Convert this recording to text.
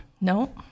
No